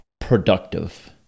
productive